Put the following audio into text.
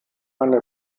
eine